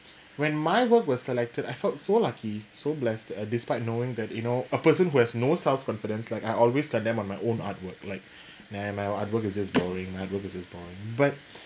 when my work was selected I felt so lucky so blessed uh despite knowing that you know a person who has no self confidence like I always like on my own artwork like nah my artwork is just boring my artwork is just boring but